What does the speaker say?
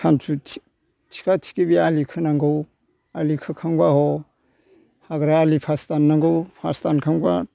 सानजुफु थिका थिखि बे आलि खोनांगौ आलि खोखांबा ह हाग्रा आलि फास दान्नांगौ फास दानखांबा